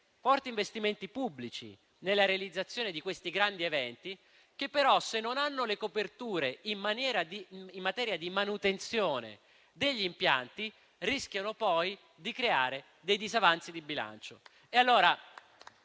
forti investimenti pubblici nella realizzazione di questi grandi eventi che però, se non hanno le coperture in materia di manutenzione degli impianti, rischiano poi di creare dei disavanzi di bilancio.